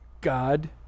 god